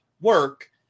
work